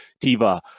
Tiva